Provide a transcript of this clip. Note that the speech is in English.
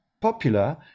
popular